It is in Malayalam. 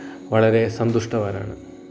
വളരെ സന്തുഷ്ടവാനാണ്